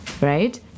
right